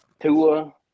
Tua